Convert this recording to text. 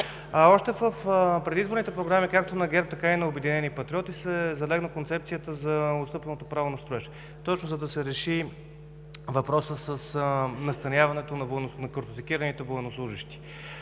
Още в предизборните програми както на ГЕРБ, така и на „Обединени патриоти“ залегна концепцията за отстъпеното право на строеж – точно, за да се реши въпросът с настаняването на картотекираните военнослужещи.